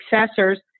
successors